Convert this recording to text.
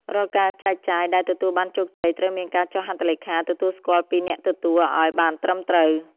រាល់ការចែកចាយដែលទទួលបានជោគជ័យត្រូវមានការចុះហត្ថលេខាទទួលស្គាល់ពីអ្នកទទួលឱ្យបានត្រឹមត្រូវ។